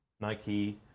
Nike